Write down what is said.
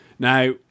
Now